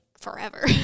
forever